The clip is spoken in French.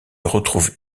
retrouvent